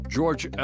George